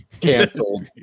canceled